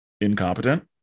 incompetent